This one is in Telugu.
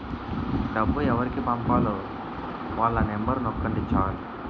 డబ్బు ఎవరికి పంపాలో వాళ్ళ నెంబరు నొక్కండి చాలు